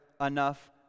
enough